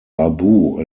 babu